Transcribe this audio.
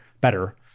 better